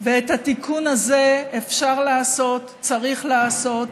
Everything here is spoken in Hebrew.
את התיקון הזה אפשר לעשות, צריך לעשות.